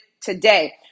today